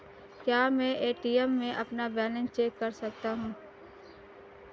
क्या मैं ए.टी.एम में अपना बैलेंस चेक कर सकता हूँ?